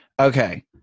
Okay